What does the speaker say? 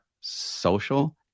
social